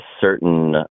certain